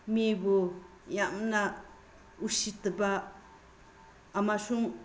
ꯃꯤꯕꯨ ꯌꯥꯝꯅ ꯎꯁꯤꯠꯇꯕ ꯑꯃꯁꯨꯡ